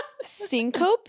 syncope